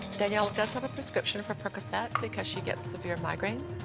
danielle does have a prescription for percocet because she gets severe migraines.